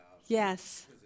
Yes